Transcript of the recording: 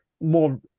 more